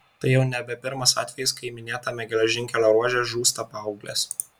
tai jau nebe pirmas atvejis kai minėtame geležinkelio ruože žūsta paauglės